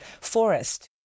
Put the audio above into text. forest